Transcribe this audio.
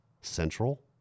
central